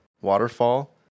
Waterfall